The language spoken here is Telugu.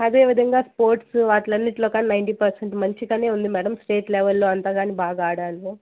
అదే విధంగా స్పోర్ట్స్ వాటిఅన్నింటిలో కాని నైంటీ పర్సెంట్ మంచిగానే ఉంది మేడం స్టేట్ లెవెల్లో అంతా కానీ బాగా ఆడాను